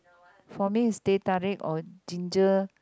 for me is teh-tarik or ginger